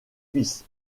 fils